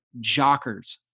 JOCKERS